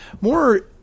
more